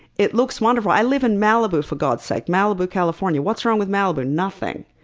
it looks wonderful. i live in malibu, for god's sake. malibu, california. what's wrong with malibu? nothing.